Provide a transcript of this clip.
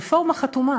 רפורמה חתומה,